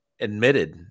admitted